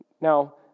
Now